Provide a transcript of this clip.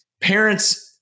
parents